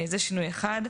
זה שינוי אחד.